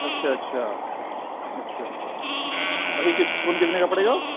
اچھا اچھا اچھا اچھا فون کتنے کا پڑے گا